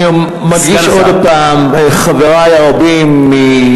אנחנו מאוד אוהבים חרדים.